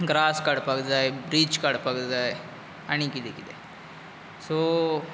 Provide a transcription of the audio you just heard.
grass काडपाक जाय ब्रीज काडपाक जाय आनी कितें कितें सो